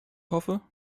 hoffe